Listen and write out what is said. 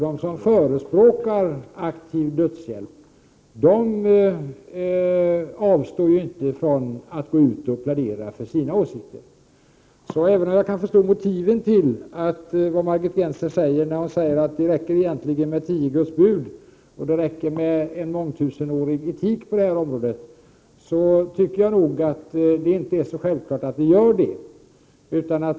De som förespråkar aktiv dödshjälp avstår ju inte från att gå ut och plädera för sina åsikter. Även om jag kan förstå motivet till att Margit Gennser säger att det räcker med tio Guds bud och en mångtusenårig etik på detta område, så tycker jag inte att det är självklart att det gör det.